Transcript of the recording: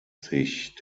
sich